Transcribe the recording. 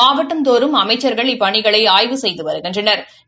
மாவட்டந்தோறும் அமைச்சா்கள் இப்பணிகளை ஆய்வு செய்து வருகின்றனா்